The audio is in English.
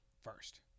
first